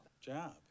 Job